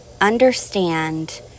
understand